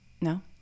No